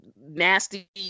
nasty